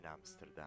Amsterdam